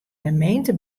gemeente